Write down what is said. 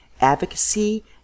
advocacy